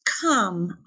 come